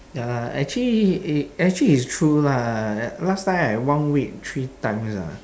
ya lah actually eh actually it's true lah last time I one week three times ah